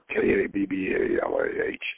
K-A-B-B-A-L-A-H